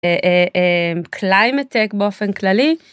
קליימתק באופן כללי.